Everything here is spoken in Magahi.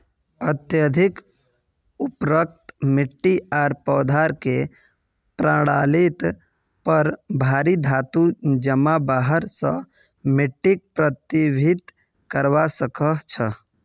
अत्यधिक उर्वरक मिट्टी आर पौधार के प्रणालीत पर भारी धातू जमा हबार स मिट्टीक प्रभावित करवा सकह छह